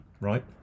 right